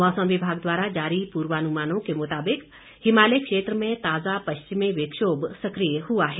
मौसम विभाग द्वारा जारी पूर्वानुमानों के मुताबिक हिमालय क्षेत्र में ताजा पश्चिमी विक्षोभ सक्रिय हुआ है